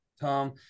Tom